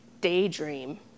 daydream